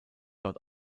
dort